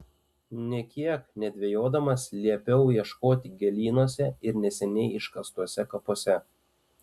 nė kiek nedvejodamas liepiau ieškoti gėlynuose ir neseniai iškastuose kapuose